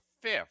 fifth